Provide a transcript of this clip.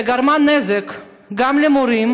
שגרמה נזק גם למורים,